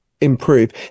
improve